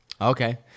Okay